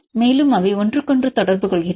மேலும் அவை ஒன்றுக்கொன்று தொடர்பு கொள்கின்றன